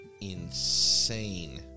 insane